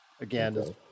again